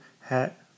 hat